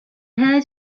heard